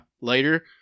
later